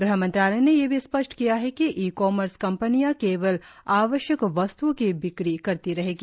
गृह मंत्रालय ने यह भी स्पष्ट किया है कि ई कॉमर्स कंपनियां केवल आवश्यक वस्त्ओं की बिक्री करती रहेगी